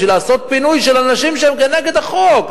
בשביל לעשות פינוי של אנשים שהם נגד החוק,